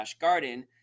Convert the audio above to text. garden